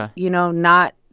ah you know, not